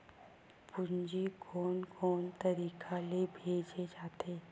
पूंजी कोन कोन तरीका ले भेजे जाथे?